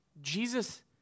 Jesus